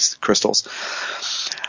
crystals